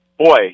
Boy